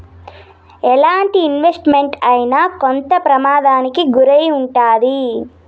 ఎలాంటి investment అయినా కొంత ప్రమాదానికి గురై ఉంటాది